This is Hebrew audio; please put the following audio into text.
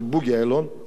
של בוגי יעלון,